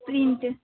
print